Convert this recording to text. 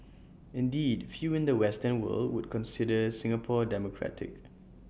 indeed few in the western world would consider Singapore democratic